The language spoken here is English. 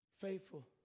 faithful